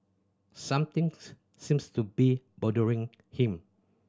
something seems to be bothering him